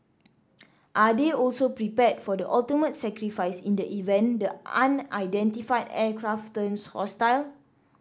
are they also prepared for the ultimate sacrifice in the event the unidentified aircraft turns hostile